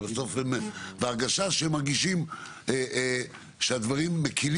וזו ההרגשה שהם מרגישים שהדברים מקלים